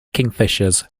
kingfishers